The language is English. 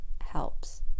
helps